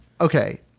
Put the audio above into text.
okay